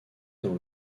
dans